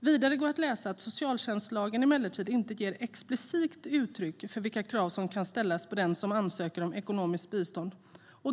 Vidare går att läsa att socialtjänstlagen emellertid inte ger explicit uttryck för vilka krav som kan ställas på den som ansöker om ekonomiskt bistånd.